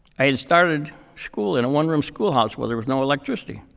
i had started school in a one-room schoolhouse where there was no electricity,